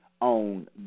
on